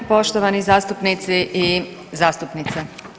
Poštovani zastupnici i zastupnice.